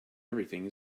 everything